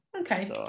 Okay